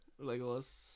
Legolas